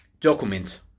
documents